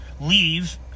leave